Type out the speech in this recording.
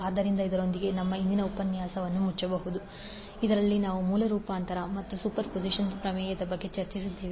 ಆದ್ದರಿಂದ ಇದರೊಂದಿಗೆ ನಮ್ಮ ಇಂದಿನ ಉಪನ್ಯಾಸ ನಾವು ಮುಚ್ಚಬಹುದು ಇದರಲ್ಲಿ ನಾವು ಮೂಲ ರೂಪಾಂತರ ಮತ್ತು ಸೂಪರ್ಪೋಸಿಷನ್ ಪ್ರಮೇಯದ ಬಗ್ಗೆ ಚರ್ಚಿಸಿದ್ದೇವೆ